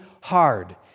hard